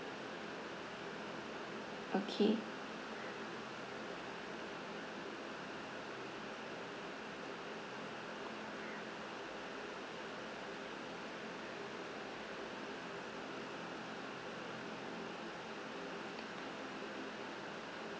okay